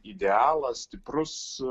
idealą stiprus